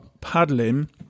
paddling